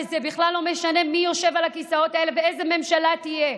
וזה בכלל לא משנה מי יושב על הכיסאות האלה ואיזה ממשלה תהיה.